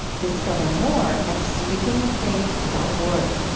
discover more at speakingoffaith dot org.